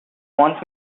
wants